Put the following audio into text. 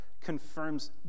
confirms